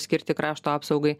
skirti krašto apsaugai